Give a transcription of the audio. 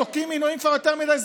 תוקעים מינויים כבר יותר מדי זמן.